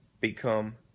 become